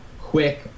quick